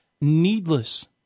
needless